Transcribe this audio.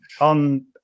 on